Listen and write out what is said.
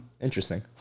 Interesting